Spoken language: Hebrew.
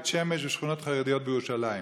בית שמש ושכונות חרדיות בירושלים.